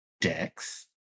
Dex